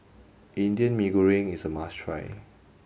Indian Mee Goreng is a must try